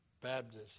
Baptists